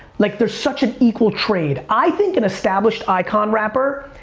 like there's such an equal trade. i think an established icon rapper,